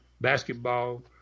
Basketball